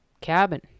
cabin